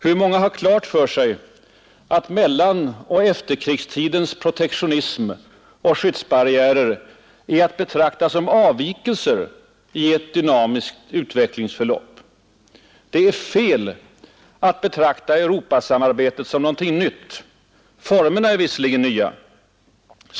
Hur många har klart för sig att mellanoch efterkrigstidens protektionism och skyddsbarriärer är att betrakta som avvikelser i ett dynamiskt utvecklingsförlopp? Det är fel att betrakta Europasamarbetet som någonting nytt. Formerna är visserligen nya.